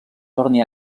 torni